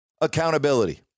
accountability